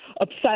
upset